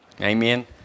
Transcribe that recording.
amen